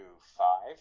five